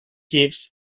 gifts